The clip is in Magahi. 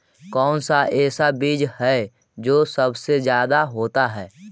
कौन सा ऐसा बीज है जो सबसे ज्यादा होता है?